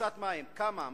מכסת מים, כמה?